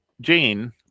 Jane